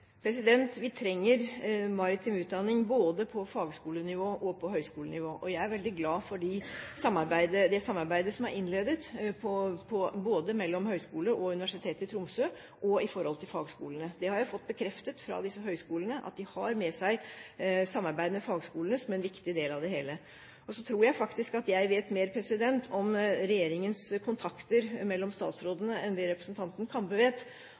Vi trenger maritim utdanning både på fagskolenivå og på høyskolenivå. Jeg er veldig glad for det samarbeidet som er innledet både mellom høyskoler og Universitetet i Tromsø og også fagskolene. Jeg har fått bekreftet fra disse høyskolene at de har med seg samarbeidet med fagskolene som en viktig del av det hele. Så tror jeg faktisk at jeg vet mer om regjeringens kontakter mellom statsrådene enn det representanten Kambe vet.